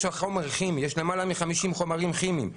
יש למעלה מ-50 חומרים כימיים.